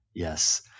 Yes